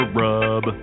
rub